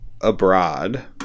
abroad